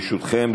ברשותכם,